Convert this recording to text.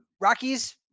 Rockies